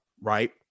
right